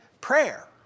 prayer